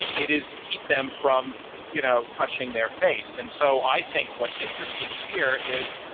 it is to keep them from you know touching their face. and so i think what's interesting here is,